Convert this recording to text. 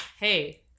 hey